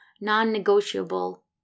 non-negotiable